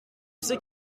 sais